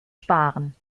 sparen